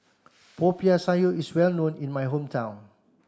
Popiah Sayur is well known in my hometown